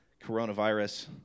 coronavirus